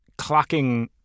clocking